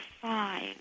five